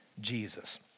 Jesus